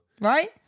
Right